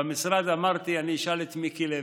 במשרד אמרתי: אני אשאל את מיקי לוי.